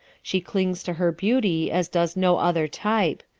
she clings to her beauty as does no other type.